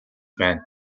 байна